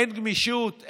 אין גמישות,